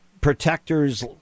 protectors